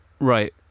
Right